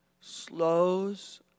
slows